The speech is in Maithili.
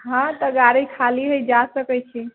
हँ तऽ गाड़ी खाली हइ जा सकैत छी